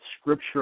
scripture